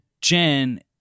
Jen